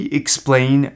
explain